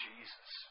Jesus